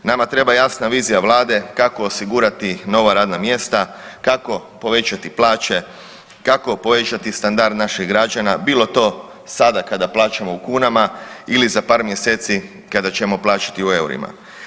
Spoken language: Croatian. Nama treba jasna vizija vlade kako osigurati nova radna mjesta, kako povećati plaće, kako povećati standard naših građana bilo to sada kada plaćamo u kunama ili za par mjeseci kada ćemo plaćati u EUR-ima.